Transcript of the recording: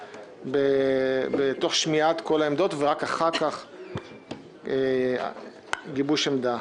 תוך שמיעת כל העמדות כמובן ורק אחר כך גיבוש עמדה.